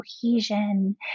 cohesion